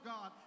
God